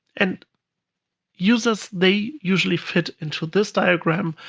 and users, they usually fit into this diagram,